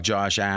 Josh